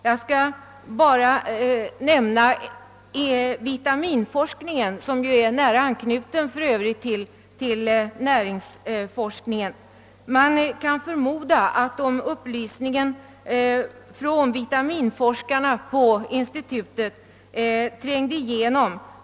Jag skall endast nämna vitaminforskningen, som för övrigt är nära anknuten till näringsforskningen. Man kan för nmoda:att::om upplysningen från vitaminforskarna på institutet trängde igenom,.